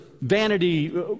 vanity